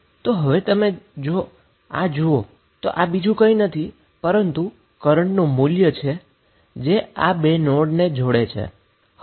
તો હવે તમે જો આ જુઓ તો આ બીજું કંઈ નથી પરંતુ કરન્ટનું મૂલ્ય છે જે આ બે નોડને જોડે છે